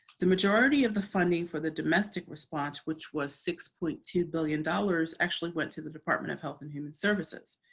the majority of the funding for the domestic response, which was six point two billion dollars actually went to the department of health and human services.